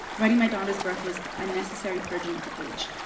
writing my daughter's birth was a necessary purging at the page.